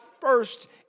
first